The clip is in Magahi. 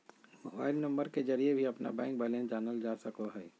मोबाइल नंबर के जरिए भी अपना बैंक बैलेंस जानल जा सको हइ